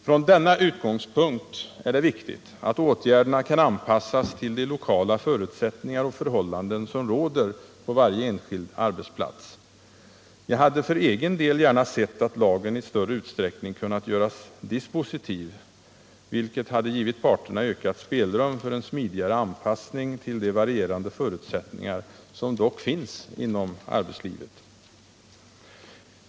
Från denna utgångspunkt är det viktigt att åtgärderna kan anpassas till de lokala förutsättningar och förhållanden som råder på varje enskild arbetsplats. Jag hade för min del gärna sett att lagen i större utsträckning kunnat göras dispositiv, vilket hade givit parterna ökat spelrum för en smidigare anpassning till de varierande förutsättningar som dock finns inom arbetslivet.